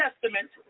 Testament